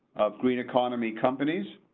green economy companies